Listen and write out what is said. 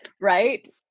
right